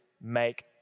make